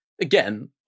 again